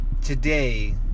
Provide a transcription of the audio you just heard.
today